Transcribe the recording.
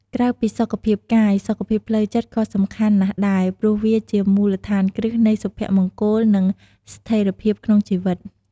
ក្រៅពីសុខភាពកាយ សុខភាពផ្លូវចិត្តក៏សំខាន់ណាស់ដែរ ព្រោះវាជាមូលដ្ឋានគ្រឹះនៃសុភមង្គល និងស្ថិរភាពក្នុងជីវិត។